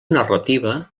narrativa